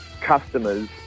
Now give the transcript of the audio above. customers